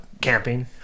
camping